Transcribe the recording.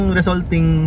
resulting